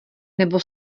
nebo